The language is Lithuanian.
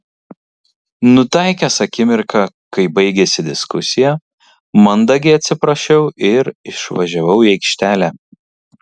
nutaikęs akimirką kai baigėsi diskusija mandagiai atsiprašiau ir išvažiavau į aikštelę